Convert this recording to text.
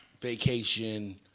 vacation